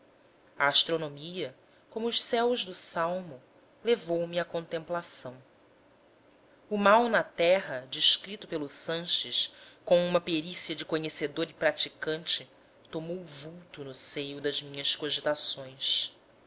a astronomia como os céus do salmo levou-me à contemplação o mal na terra descrito pelo sanches com uma perícia de conhecedor e praticante tomou vulto no seio das minhas